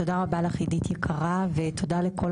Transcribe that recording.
תודה רבה לך עידית יקרה ותודה לכל